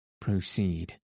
proceed